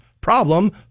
Problem